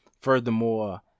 furthermore